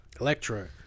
Electro